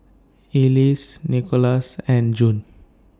Elyse Nickolas and June